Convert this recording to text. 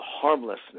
harmlessness